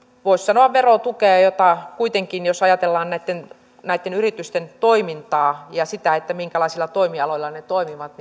voisi sanoa verotukea jota kuitenkin nimenomaan juuri nämä yritykset kaikkein eniten tarvitsisivat jos ajatellaan näitten näitten yritysten toimintaa ja sitä minkälaisilla toimialoilla ne toimivat